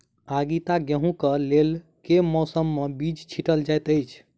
आगिता गेंहूँ कऽ लेल केँ मौसम मे बीज छिटल जाइत अछि?